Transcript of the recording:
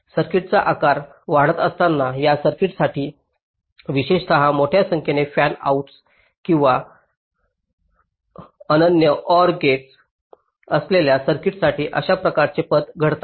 सर्किटचा आकार वाढत असताना त्या सर्किट्ससाठी विशेषत मोठ्या संख्येने फॅन आउट्स किंवा अनन्य OR गेट्स असलेल्या सर्किट्ससाठी अशा प्रकारचे पथ घडतात